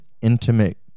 intimate